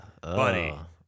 buddy